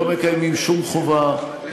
לא מקיימים שום חובה,